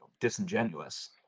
disingenuous